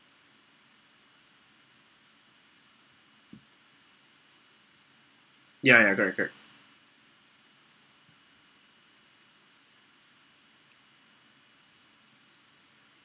ya ya correct correct